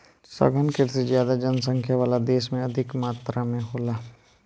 सघन कृषि ज्यादा जनसंख्या वाला देश में अधिक मात्रा में होला